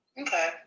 Okay